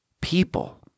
people